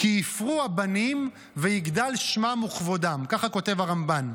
"כי יפרו הבנים ויגדל שמם וכבודם" ככה כותב הרמב"ן.